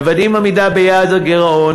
מוודאים עמידה ביעד הגירעון,